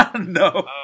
No